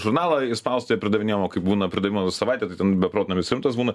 žurnalą į spaustuvę pridavinėjom o kai būna pridavimo savaitė tai ten beprotnamis rimtas būna